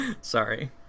Sorry